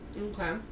Okay